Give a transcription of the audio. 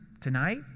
tonight